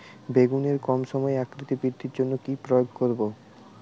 বেগুনের কম সময়ে আকৃতি বৃদ্ধির জন্য কি প্রয়োগ করব?